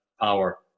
power